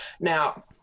Now